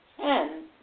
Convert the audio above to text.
ten